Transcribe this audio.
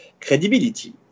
credibility